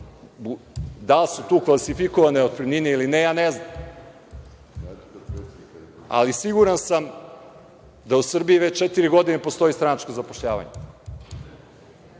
Da li su tu klasifikovane otpremnine ili ne, ja ne znam, ali siguran sam da u Srbiji već četiri godine postoji stranačko zapošljavanje